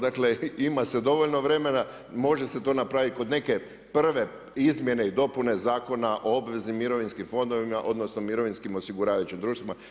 Dakle, ima se dovoljno vremena, može se to napraviti kod neke prve izmjene i dopune Zakona o obveznim mirovinskim fondovima, odnosno mirovinskim osiguravajućim društvima.